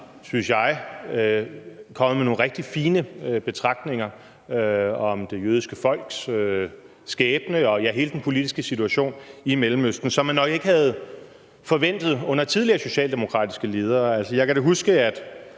synes jeg, kommet med nogle rigtig fine betragtninger om det jødiske folks skæbne og, ja, hele den politiske situation i Mellemøsten, som man ikke havde forventet under tidligere socialdemokratiske ledere. Altså, jeg kan da huske,